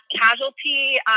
casualty